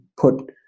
put